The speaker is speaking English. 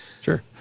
Sure